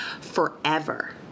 forever